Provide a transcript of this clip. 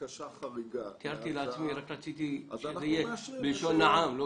תיארתי לעצמי אבל רציתי שזה יהיה בלשון העם.